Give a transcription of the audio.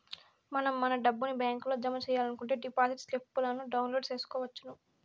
మనం మన డబ్బుని బ్యాంకులో జమ సెయ్యాలనుకుంటే డిపాజిట్ స్లిప్పులను డౌన్లోడ్ చేసుకొనవచ్చును